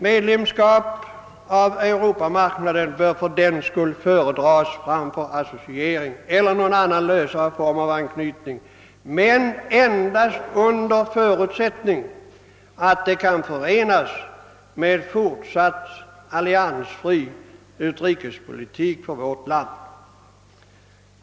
Medlemskap i Europamarknaden bör fördenskull föredras framför associering eller någon annan lösare form av anslut ning — men endast under förutsättning att det kan förenas med fortsatt alliansfri politik för vårt land.